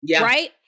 right